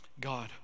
God